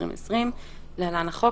התש"ף-2020 (להלן החוק),